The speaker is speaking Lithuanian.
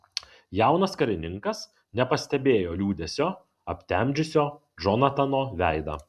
jaunas karininkas nepastebėjo liūdesio aptemdžiusio džonatano veidą